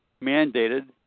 mandated